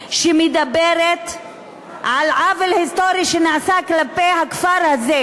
שמדברת על עוול היסטורי שנעשה כלפי הכפר הזה,